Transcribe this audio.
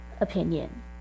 opinion